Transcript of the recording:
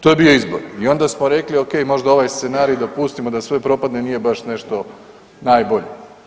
To je bio izbor i onda smo rekli ok možda ovaj scenarij da pustimo da sve propadne nije baš nešto najbolji.